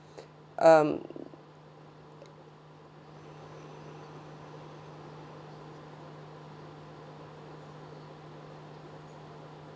um